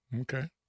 Okay